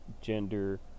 gender